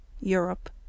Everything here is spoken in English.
Europe